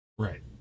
Right